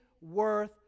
worth